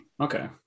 Okay